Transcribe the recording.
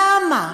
למה?